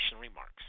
remarks